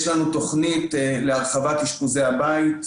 יש לנו תוכנית להרחבת אשפוזי הבית,